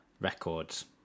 records